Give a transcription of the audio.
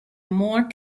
more